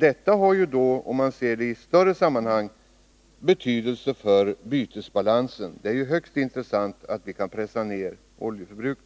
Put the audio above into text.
Sett i ett större sammanhang får detta betydelse också för bytesbalansen, eftersom det är av största intresse att vi kan pressa ner oljeförbrukningen.